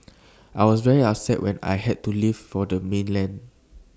I was very upset when I had to leave for the mainland